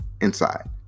inside